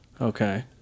Okay